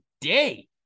day